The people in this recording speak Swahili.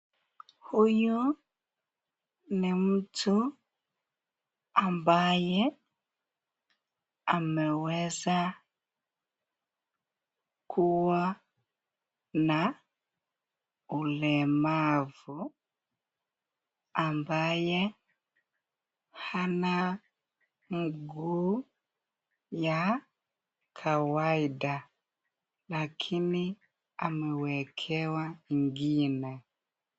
Huyu ni mtu ambaye, ameweza kuwa na ulemavu, ambaye hana mguu ya kawaida lakini amewekewa ingine.